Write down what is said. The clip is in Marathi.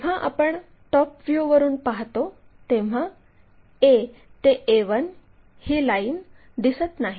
जेव्हा आपण टॉप व्ह्यूवरून पाहतो तेव्हा a ते a1 ही लाईन दिसत नाही